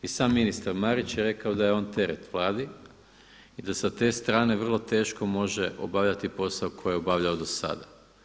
I sam ministar Marić je rekao da je on teret Vladi i da sa te strane vrlo teško može obavljati posao koji je obavljao do sada.